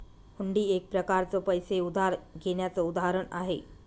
हुंडी एक प्रकारच पैसे उधार घेण्याचं उदाहरण आहे